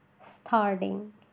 Starting